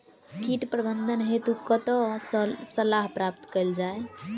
कीट प्रबंधन हेतु कतह सऽ सलाह प्राप्त कैल जाय?